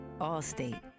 Allstate